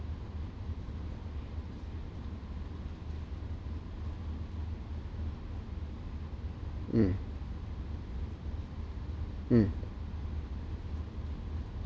mm mm